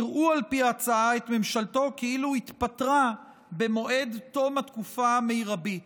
יראו על פי ההצעה את ממשלתו כאילו התפטרה במועד תום התקופה המרבית.